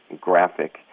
graphic